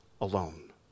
alone